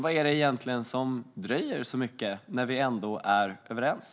Vad är det egentligen som dröjer så mycket när vi ändå är överens?